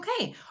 Okay